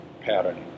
pattern